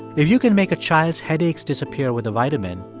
if you can make a child's headaches disappear with a vitamin,